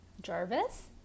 Jarvis